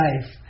life